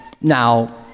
Now